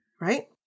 Right